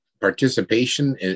participation